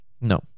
No